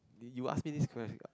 did you ask me this ques~